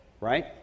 right